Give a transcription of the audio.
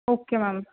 okay ma'am